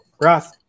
Ross